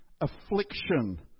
affliction